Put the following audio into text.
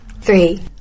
three